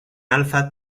alza